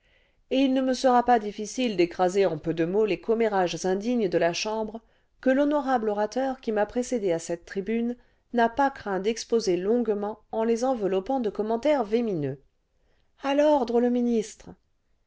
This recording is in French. et il ne me sera pas difficile d'écraser en peu de mots les commérages indignes de la chambre que l'honorable orateur qui m'a précédé à cette tribime n'a pas craint d'exposer longuement en les enveloppant de commentaires venimeux a l'ordre le ministre